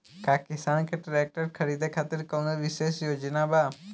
का किसान के ट्रैक्टर खरीदें खातिर कउनों विशेष योजना बा?